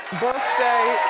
birthday